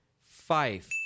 Fife